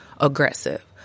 aggressive